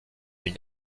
une